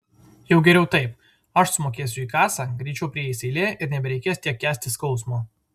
jau geriau taip aš sumokėsiu į kasą greičiau prieis eilė ir nebereikės tiek kęsti skausmo